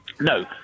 no